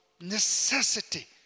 necessity